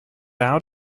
out